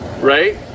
right